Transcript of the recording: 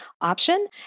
option